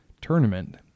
tournament